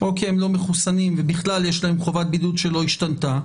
או כי הם לא מחוסנים ובכלל יש להם חובת בידוד שלא השתנתה,